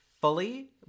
fully